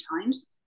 times